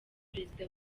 perezida